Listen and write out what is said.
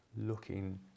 looking